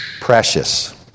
precious